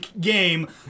game